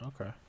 Okay